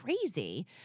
Crazy